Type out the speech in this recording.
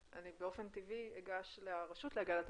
אז אני באופן טבעי אגש לרשות להגנת הפרטיות.